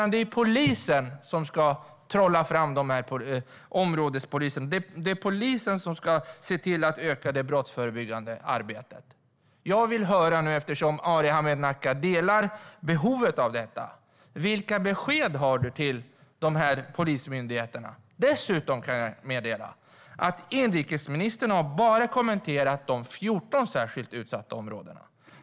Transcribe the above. Det är polisen som ska trolla fram resurser, och det är polisen som ska se till att öka det brottsförebyggande arbetet. Eftersom Arhe Hamednaca delar uppfattningen om behovet av detta vill jag fråga vilka besked han har till dessa polisregioner. Dessutom kan jag meddela att inrikesministern har kommenterat bara de 14 särskilt utsatta områden.